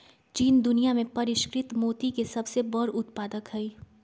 चीन दुनिया में परिष्कृत मोती के सबसे बड़ उत्पादक हई